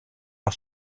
par